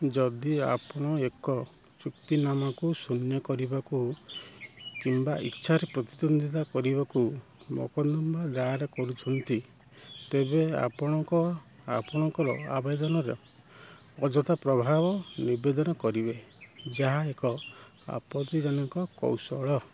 ଯଦି ଆପଣ ଏକ ଚୁକ୍ତିନାମାକୁ ଶୂନ୍ୟ କରିବାକୁ କିମ୍ବା ଇଚ୍ଛାରେ ପ୍ରତିଦ୍ୱନ୍ଦ୍ୱିତା କରିବାକୁ ମକଦ୍ଦମା ଦାୟର କରୁଛନ୍ତି ତେବେ ଆପଣଙ୍କ ଆପଣଙ୍କର ଆବେଦନରେ ଅଯଥା ପ୍ରଭାବ ନିବେଦନ କରିବେ ଯାହା ଏକ ଆପତ୍ତିଜନକ କୌଶଳ